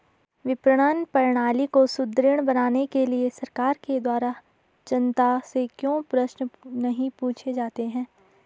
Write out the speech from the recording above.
विपणन प्रणाली को सुदृढ़ बनाने के लिए सरकार के द्वारा जनता से क्यों प्रश्न नहीं पूछे जाते हैं?